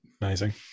Amazing